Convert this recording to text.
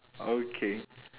okay